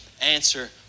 answer